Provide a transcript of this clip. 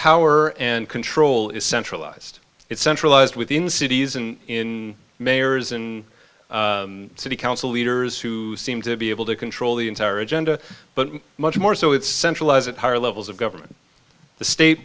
power and control is centralized it centralized within cities and in mayors in city council leaders who seem to be able to control the entire agenda but much more so it's centralized at higher levels of government the state